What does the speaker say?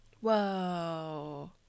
Whoa